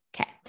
okay